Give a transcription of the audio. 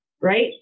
Right